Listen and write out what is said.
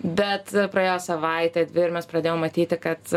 bet praėjo savaitė dvi ir mes pradėjom matyti kad